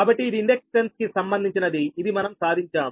కాబట్టి ఇది ఇండక్టెన్స్ కి సంబంధించినది ఇది మనం సాధించాం